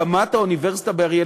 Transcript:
הקמת האוניברסיטה באריאל,